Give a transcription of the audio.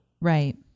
Right